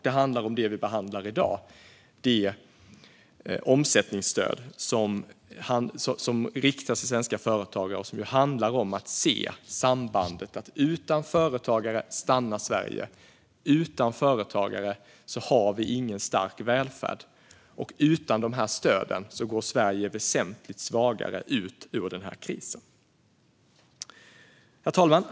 Det handlar också om det vi behandlar i dag, alltså det omsättningsstöd som riktas till svenska företagare och som handlar om att se sambandet att utan företagare stannar Sverige. Utan företagare har vi ingen stark välfärd, och utan dessa stöd går Sverige väsentligt svagare ut ur denna kris. Herr talman!